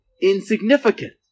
insignificant